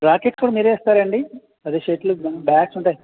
racket కూడా మీరే ఇస్తారా అండి అదే షటిల్ బ్యాట్స్ ఉంటాయి